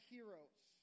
Heroes